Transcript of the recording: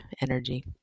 energy